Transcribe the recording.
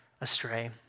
astray